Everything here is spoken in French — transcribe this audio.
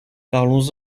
parlons